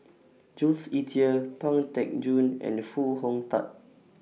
Jules Itier Pang Teck Joon and Foo Hong Tatt